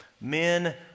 men